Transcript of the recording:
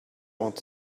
want